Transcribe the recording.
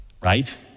right